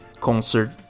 concert